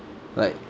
like